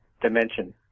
dimension